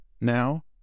Now